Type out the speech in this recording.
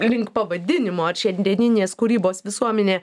link pavadinimo ar šiandieninės kūrybos visuomenė